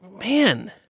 man